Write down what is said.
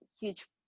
huge